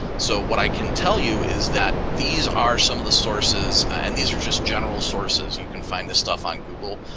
so what i can tell you is that these are some of the sources, and these are just general sources. you can find this stuff on google.